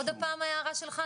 עוד פעם ההערה שלך,